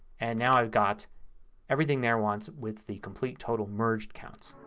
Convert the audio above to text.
and now i've got everything there once with the complete total merged counts.